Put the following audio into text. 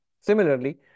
Similarly